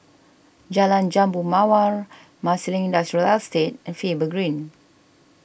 Jalan Jambu Mawar Marsiling Industrial Estate and Faber Green